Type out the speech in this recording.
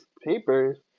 papers